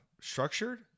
structured